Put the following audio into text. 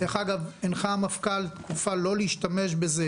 דרך אגב, הנחה המפכ"ל לא להשתמש בזה